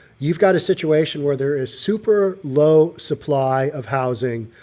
you've got a situation where there is super low supply of housing.